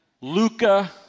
Luca